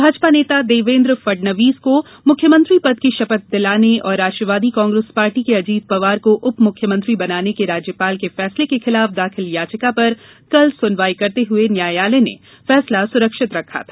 भाजपा नेता देवेन्द्र फडणवीस को मुख्यमंत्री पद की शपथ दिलाने और राष्ट्रवादी कांग्रेस पार्टी के अजीत पवार को उप मुख्यमंत्री बनाने के राज्यपाल के फैसले के खिलाफ दाखिल याचिका पर कल सुनवाई करते हुए न्यायालय ने फैसला सुरक्षित रखा था